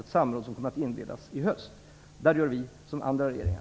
Detta samråd kommer att inledas i höst. Där gör vi som andra regeringar.